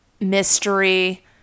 mystery